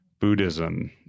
Buddhism